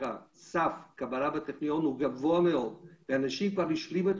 סף הקבלה בטכניון הוא גבוה מאוד ואנשים כבר השלימו את